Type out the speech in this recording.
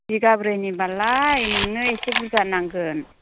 बिघाब्रैनि बालाय नोंनो एसे बुरजा नांगोन